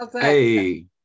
Hey